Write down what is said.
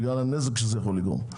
בגלל הנזק שזה יכול לגרום.